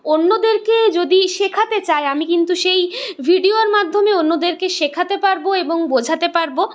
অন্যদেরকে যদি শেখাতে চাই আমি কিন্তু সেই ভিডিওর মাধ্যমে অন্যদেরকে শেখাতে পারব এবং বোঝাতে পারব